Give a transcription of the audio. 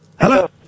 Hello